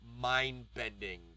mind-bending